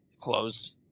close